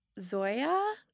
Zoya